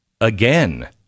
Again